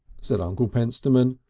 said uncle pentstemon,